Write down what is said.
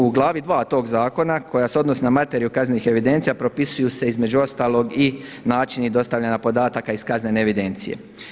U glavi dva tog zakona koja se odnosi na materiju kaznenih evidencija propisuju se između ostalog i načini dostavljanja podataka iz kaznene evidencije.